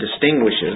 distinguishes